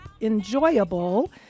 enjoyable